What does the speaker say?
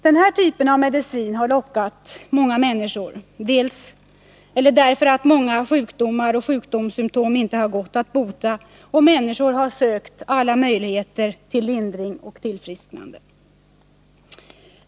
Dessa slags mediciner har lockat många människor därför att många sjukdomar och sjukdomssymtom inte gått att bota och människor har sökt alla möjligheter till lindring och tillfrisknande.